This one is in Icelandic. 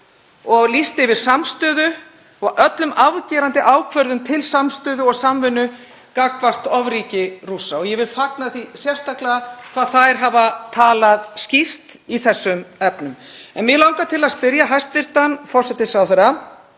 og lýst yfir samstöðu og afgerandi ákvörðun um samstöðu og samvinnu gagnvart ofríki Rússa. Ég vil fagna því sérstaklega hvað þær hafa talað skýrt í þessum efnum. En mig langar til að spyrja hæstv. forsætisráðherra.